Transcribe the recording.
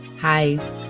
Hi